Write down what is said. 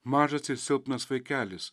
mažas ir silpnas vaikelis